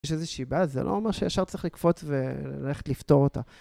יש איזושהי בעיה, זה לא אומר שישר צריך לקפוץ וללכת לפתור אותה.